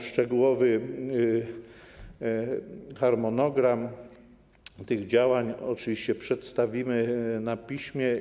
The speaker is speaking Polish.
Szczegółowy harmonogram tych działań, oczywiście przedstawimy na piśmie.